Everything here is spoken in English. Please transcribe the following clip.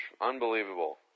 Unbelievable